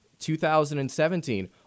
2017